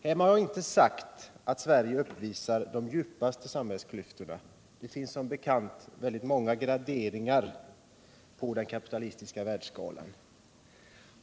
Härmed inte sagt att Sverige uppvisar de djupaste samhällsklyftorna — det finns som bekant väldigt många graderingar på den kapitalistiska världsskalan.